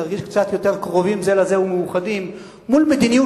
נרגיש קצת יותר קרובים זה לזה ומאוחדים מול מדיניות